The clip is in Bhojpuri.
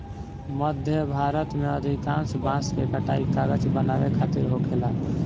मध्य भारत में अधिकांश बांस के कटाई कागज बनावे खातिर होखेला